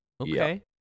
okay